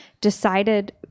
decided